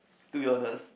to be honest